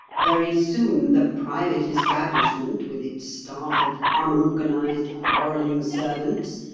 very soon the private establishment, with its staff of unorganised, quarrelling servants,